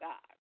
God